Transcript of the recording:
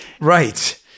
Right